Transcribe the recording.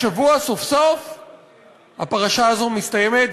השבוע סוף-סוף הפרשה הזאת מסתיימת,